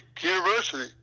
University